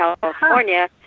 California